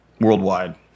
worldwide